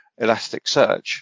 Elasticsearch